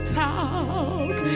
talk